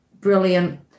brilliant